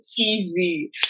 easy